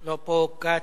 לא פה, כץ,